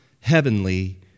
heavenly